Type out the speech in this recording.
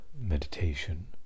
meditation